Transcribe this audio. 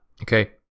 okay